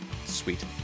sweet